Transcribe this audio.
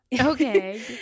Okay